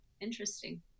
interesting